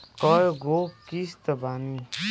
कय गो किस्त बानी?